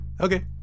okay